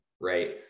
Right